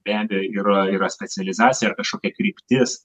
be abejo yra yra specializacija ar kažkokia kryptis